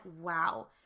wow